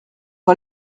pas